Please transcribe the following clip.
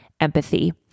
empathy